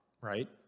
Right